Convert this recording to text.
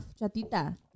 chatita